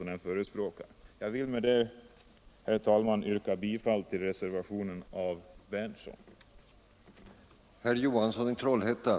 Jag ber med detta, herr talman, att få yrka bifall till reservationen av herr Berndtson.